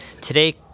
Today